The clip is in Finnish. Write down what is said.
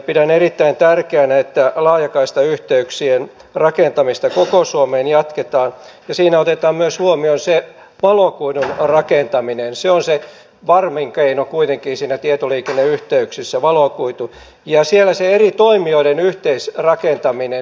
pidän erittäin tärkeänä että laajakaistayhteyksien rakentamista koko suomeen jatketaan ja siinä otetaan myös huomioon se valokuidun rakentaminen se valokuitu on se varmin keino kuitenkin tietoliikenneyhteyksissä ja siellä se eri toimijoiden yhteisrakentaminen